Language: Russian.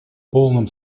полном